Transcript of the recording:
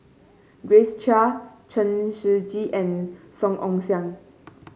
Grace Chia Chen Shiji and Song Ong Siang